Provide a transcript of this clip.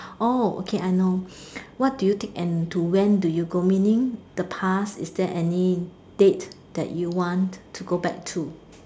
oh okay I know what do you take and to when do you go meaning the past is there any date that you want to go back to